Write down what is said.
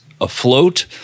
afloat